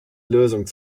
lösung